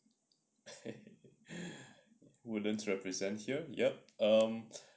woodlands represent here yup um